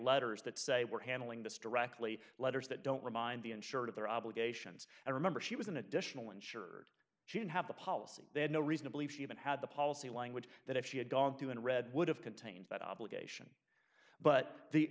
letters that say we're handling this directly letters that don't remind the insured of their obligations and remember she was an additional insured she didn't have the policy they had no reason to believe she even had the policy language that if she had gone through in red would have contained that obligation but the